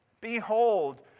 Behold